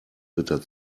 ritter